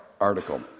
article